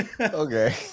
okay